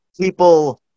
people